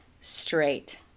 straight